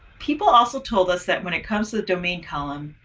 people also told us that when it comes to the domain column,